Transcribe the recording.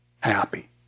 happy